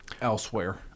elsewhere